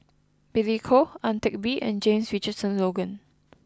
Billy Koh Ang Teck Bee and James Richardson Logan